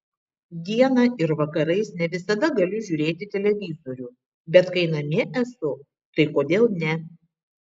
dieną ir vakarais ne visada galiu žiūrėti televizorių bet kai namie esu tai kodėl ne